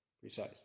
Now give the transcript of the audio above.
precise